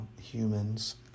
humans